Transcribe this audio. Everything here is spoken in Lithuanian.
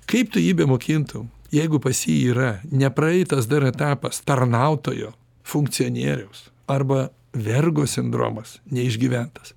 kaip tu jį bemokintum jeigu pas jį yra nepraeitas dar etapas tarnautojo funkcionieriaus arba vergo sindromas neišgyventas